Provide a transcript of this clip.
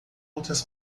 outras